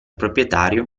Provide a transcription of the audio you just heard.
proprietario